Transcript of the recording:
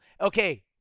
okay